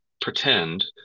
pretend